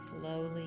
slowly